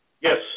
Yes